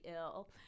ill